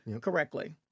correctly